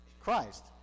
Christ